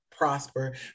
prosper